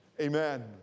Amen